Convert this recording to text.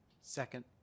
Second